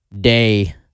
day